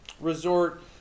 resort